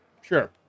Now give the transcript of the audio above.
sure